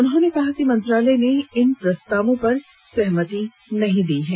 उन्होंने कहा कि मंत्रालय ने इन प्रस्तावों पर सहमति नहीं दी है